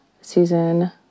season